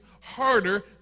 harder